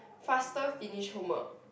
faster finish homework